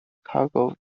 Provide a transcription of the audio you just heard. cargo